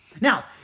Now